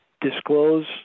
disclose